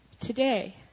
today